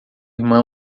irmã